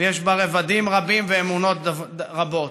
ויש בה רבדים רבים ואמונות רבות.